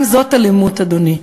גם זאת אלימות, אדוני.